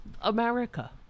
America